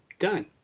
done